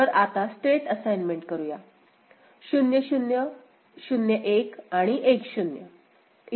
तर आता state assignment करूया 0 0 01 आणि 1 0